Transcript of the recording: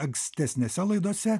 ankstesnėse laidose